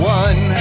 one